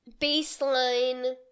baseline